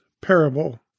parable